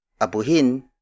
abuhin